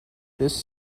this